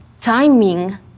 timing